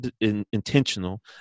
intentional